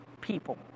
people